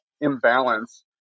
imbalance